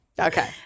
Okay